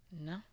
No